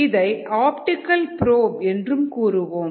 இதை optical probe என்று கூறுவோம்